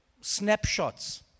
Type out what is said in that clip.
snapshots